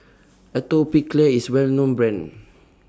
Atopiclair IS A Well known Brand